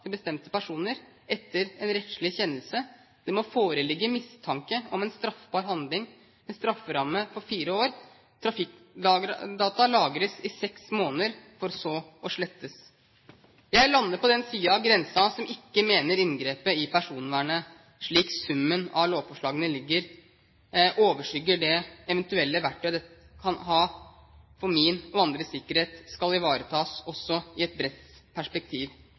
om bestemte personer etter en rettslig kjennelse. Det må foreligge mistanke om en straffbar handling med en strafferamme på fire år. Trafikkdata lagres i seks måneder, for så å slettes. Jeg lander på den siden av grensen der vi er, som ikke mener inngrepet i personvernet, slik summen av lovforslagene ligger, overskygger det eventuelle verktøy dette kan ha for at min og andres sikkerhet skal ivaretas også i et bredt perspektiv.